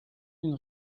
d’une